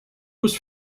was